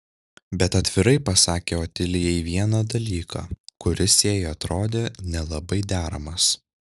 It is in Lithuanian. bet atvirai pasakė otilijai vieną dalyką kuris jai atrodė nelabai deramas